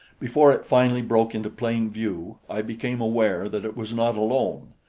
before it finally broke into plain view, i became aware that it was not alone,